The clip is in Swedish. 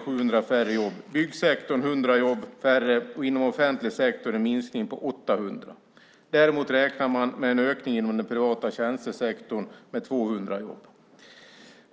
700 färre jobb, i byggsektorn 100 jobb färre, och inom offentlig sektor blir det en minskning med 800. Däremot räknar man med en ökning med 200 jobb inom den privata tjänstesektorn.